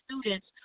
students